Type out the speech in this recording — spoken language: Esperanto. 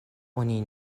oni